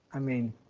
i mean,